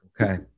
Okay